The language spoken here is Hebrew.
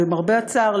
למרבה הצער,